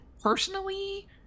personally